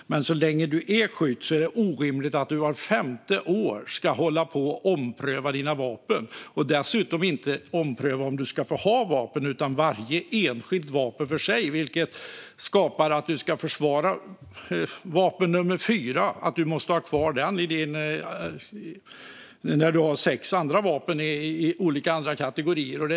Men så länge man är skytt är det orimligt att man vart femte år ska ompröva sina vapenlicenser. Dessutom ska det inte ske någon omprövning av innehav av vapen, utan det är licensen för varje enskilt vapen som ska omprövas. Det innebär att man ska försvara varför man måste ha kvar vapen nummer fyra när man har sex andra vapen i andra kategorier.